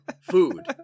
food